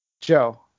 Joe